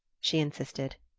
she insisted.